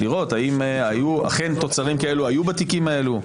לראות האם היו אכן תוצרים כאלה בתיקים האלה,